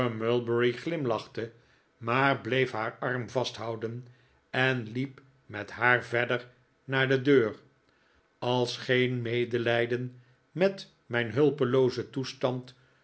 mulberry glimlachte maar bleef haar arm vasthouden en liep met haar verder nikolaas nickle'by naar de deur als geen medelijden met mijn hulpeloozen toestand